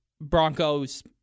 Broncos